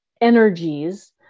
energies